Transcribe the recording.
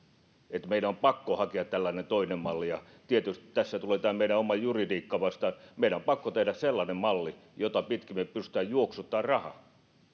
meidän on pakko hakea tällainen toinen malli ja tietysti tässä tulee tämä meidän oma juridiikka vastaan meidän on pakko tehdä sellainen malli jota pitkin me pystymme juoksuttamaan rahaa